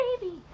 baby